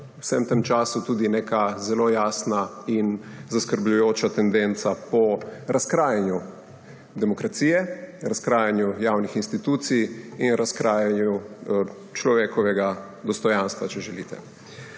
vsem tem času tudi neka zelo jasna in zaskrbljujoča tendenca po razkrajanju demokracije, razkrajanju javnih institucij in razkrajanju človekovega dostojanstva, če želite.